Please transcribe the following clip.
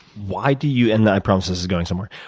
why do you and i promise this is going somewhere,